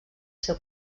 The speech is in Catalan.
seu